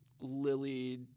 Lily